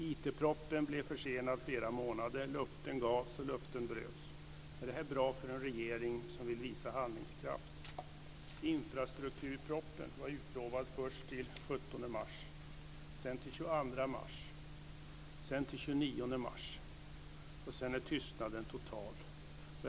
IT-propositionen blev försenad flera månader. Löften gavs, och löften bröts. Är detta bra för en regering som vill visa handlingskraft? Infrastrukturpropositionen var först utlovad till den 17 mars, sedan till den 22 mars, sedan till den 29 mars och sedan är tystnaden total.